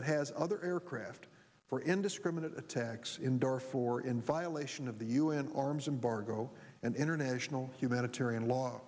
it has other aircraft for indiscriminate attacks in door four in violation of the u n arms embargo and international humanitarian law